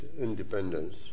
independence